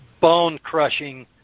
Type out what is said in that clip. bone-crushing